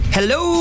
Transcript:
Hello